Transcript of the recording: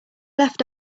left